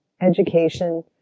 education